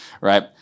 right